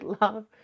love